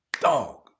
dog